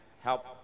help